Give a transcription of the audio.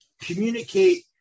communicate